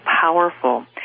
powerful